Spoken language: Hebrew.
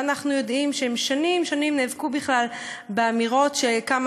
ואנחנו יודעים שהם שנים-שנים נאבקו בכלל באמירות כמה